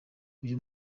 uyu